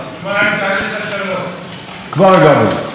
הנשיא דיבר על דמוקרטיה ואתה מדבר על עצמך בלבד.